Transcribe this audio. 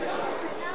נתקבלה.